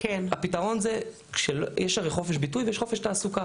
הרי חופש ביטוי ויש חופש תעסוקה.